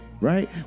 right